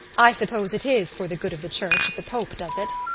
i suppose it is for the good of the church if the pope does it.